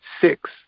six